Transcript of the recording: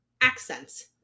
accents